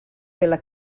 della